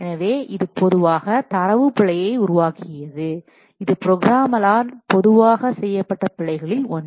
எனவே இது பொதுவாக தரவு பிழையை உருவாக்கியது இது ப்ரோக்ராமர்களால் பொதுவாக செய்யப்பட்ட பிழைகளில் ஒன்று